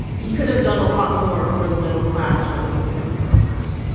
he could have done a lot more for the middle class rather than the upper class.